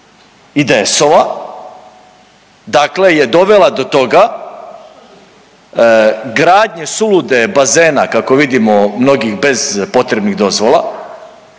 IDS-ova dakle je dovela do toga, gradnje sulude bazena, kako vidimo, mnogih bez potrebnih dozvola,